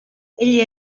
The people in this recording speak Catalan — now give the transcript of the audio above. ell